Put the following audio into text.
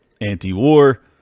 anti-war